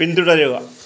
പിന്തുടരുക